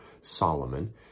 Solomon